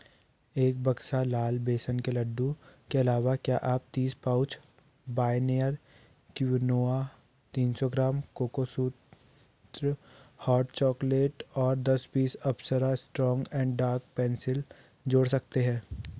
एक बक्सा लाल बेसन के लड्डू के अलावा क्या आप तीस पाउच बाय नेयर क्विनोआ तीन सौ ग्राम कोकोसूत्र हॉट चॉकलेट और दस piece Apsara strong and dark pencil जोड़ सकते है